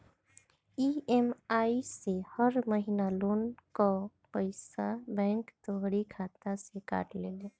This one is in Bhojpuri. इ.एम.आई से हर महिना लोन कअ पईसा बैंक तोहरी खाता से काट लेले